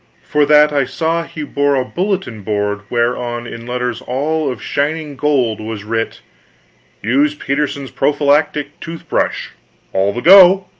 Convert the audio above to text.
for that i saw he bore a bulletin-board whereon in letters all of shining gold was writ use peterson's prophylactic tooth-brush all the go.